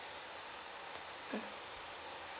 mm